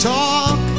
talk